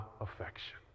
affection